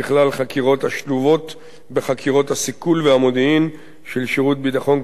חקירות השלובות בחקירות הסיכול והמודיעין של שירות ביטחון כללי.